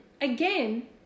Again